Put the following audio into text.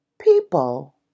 people